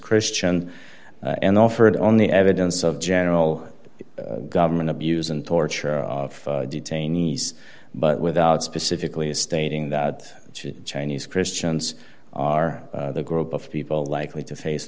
christian and offered on the evidence of general government abuse and torture of detainees but without specifically stating that chinese christians are the group of people likely to face